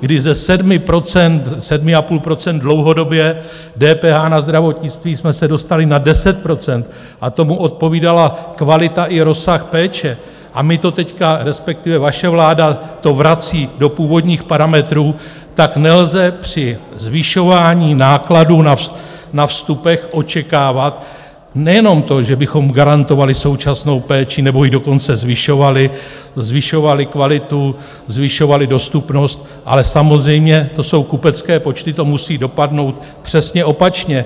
kdy ze 7 %, 7,5 % DPH na zdravotnictví jsme se dostali na 10 %, a tomu odpovídala kvalita i rozsah péče, a my to teď, respektive vaše vláda to vrací do původních parametrů, tak nelze při zvyšování nákladů na vstupech očekávat nejenom to, že bychom garantovali současnou péči, nebo ji dokonce zvyšovali, zvyšovali kvalitu, zvyšovali dostupnost, ale samozřejmě to jsou kupecké počty, to musí dopadnout přesně opačně.